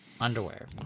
Underwear